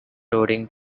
roaring